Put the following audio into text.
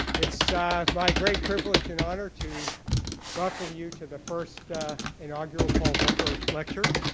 it's my great privilege and honor to welcome you to the first inaugural paul volcker lecture.